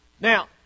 Now